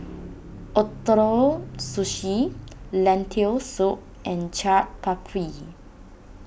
Ootoro Sushi Lentil Soup and Chaat Papri